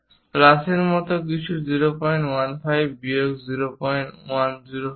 প্লাসের মতো কিছু 015 বিয়োগ 010 হবে